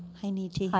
hi, niti. hi,